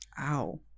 Ow